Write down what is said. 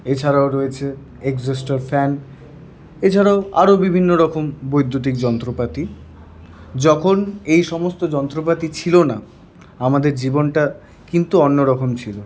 এছাড়াও রয়েছে exhauster fan এছাড়াও আরও বিভিন্নরকম বৈদ্যুতিক যন্ত্রপাতি যখন এই সমস্ত যন্ত্রপাতি ছিল না আমাদের জীবনটা কিন্তু অন্যরকম ছিল